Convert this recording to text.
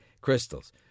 crystals